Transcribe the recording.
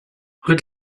rue